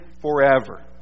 forever